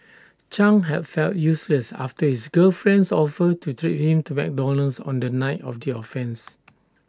chang had felt useless after his girlfriend's offer to treat him to McDonald's on the night of the offence